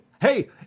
hey